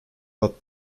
but